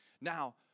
Now